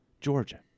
Georgia